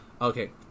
Okay